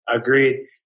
Agreed